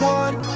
one